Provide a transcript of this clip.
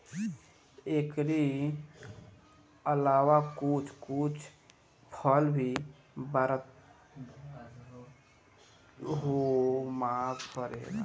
एकरी अलावा कुछ कुछ फल भी बारहो मास फरेला